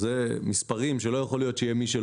אלה מספרים שלא יכול להיות שלא יהיה מישהו